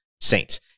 Saints